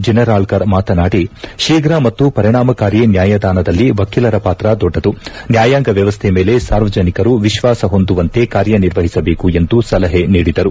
ಜಿನರಾಳ್ಕರ್ ಮಾತನಾಡಿ ಶೀಘ ಮತ್ತು ಪರಿಣಾಮಕಾರಿ ನ್ಯಾಯದಾನದಲ್ಲಿ ವಕೀಲರ ಪಾತ್ರ ದೊಡ್ಡದು ನ್ಯಾಯಾಂಗ ವ್ಯವಸ್ಥೆ ಮೇಲೆ ಸಾರ್ವಜನಿಕರು ವಿಶ್ವಾಸ ಹೊಂದುವಂತೆ ಕಾರ್ಯನಿರ್ವಹಿಸಬೇಕು ಎಂದು ಸಲಹೆ ನೀಡಿದರು